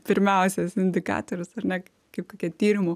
pirmiausias indikatorius ar ne kaip kokie tyrimų